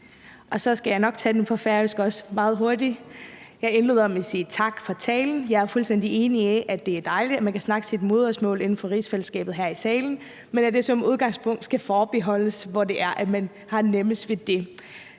Så skal jeg nok også tage det på dansk meget hurtigt. Jeg indleder med at sige tak for talen. Jeg er fuldstændig enig i, at det er dejligt, at man kan snakke sit modersmål inden for rigsfællesskabet her i salen, men at det som udgangspunkt skal forbeholdes i de tilfælde, hvor det er sådan, at man har nemmest ved det.